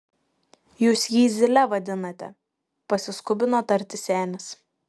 jūs jį zyle vadinate pasiskubino tarti senis